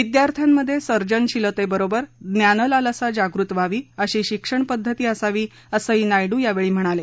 विद्यार्थ्यांमध्ये सर्जनशीलतेबरोबर ज्ञानलालसा जागृत व्हावी अशी शिक्षण पध्दती असावी असंही नायडू यावेळी म्हणाले